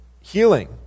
healing